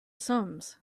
sums